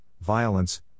violence